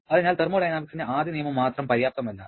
അതിനാൽ തെർമോഡൈനാമിക്സിന്റെ ആദ്യ നിയമം മാത്രം പര്യാപ്തമല്ല